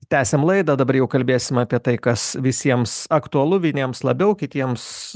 tęsiam laidą o dabar jau kalbėsime apie tai kas visiems aktualu vieniems labiau kitiems